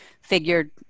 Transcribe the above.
figured